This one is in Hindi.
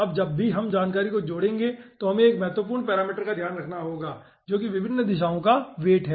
अब जब भी हम जानकारी को जोड़ेंगे तो हमें एक महत्वपूर्ण पैरामीटर का ध्यान रखना होगा जो कि विभिन्न दिशाओ का वेट है